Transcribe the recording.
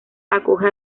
acoge